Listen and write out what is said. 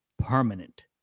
Permanent